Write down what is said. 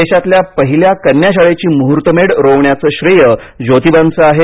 देशातल्या पहिल्या कन्या शाळेची मुहूर्तमेढ रोवण्याचं श्रेय ज्योतीबांचं आहे